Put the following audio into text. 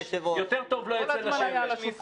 יותר טוב לא יצא לשמש.